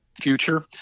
future